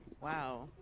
Wow